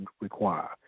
require